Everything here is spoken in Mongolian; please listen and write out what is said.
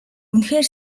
үнэхээр